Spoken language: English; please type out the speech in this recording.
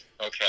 Okay